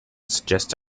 suggests